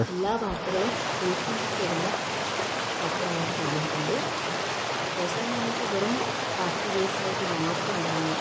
എല്ലാ വാർത്തകളും ഉൾക്കൊണ്ടിട്ട് വരുന്ന പത്രമായിട്ട് തോന്നിയിട്ടുണ്ട് ദേശാഭിമാനിയൊക്കെ വെറും പാർട്ടി ബേസ്ഡ് ആയിട്ടുള്ള മാത്രം ഉണ്ടാകുന്ന